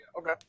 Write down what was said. Okay